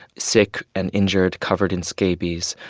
sick and injured, covered in scabies,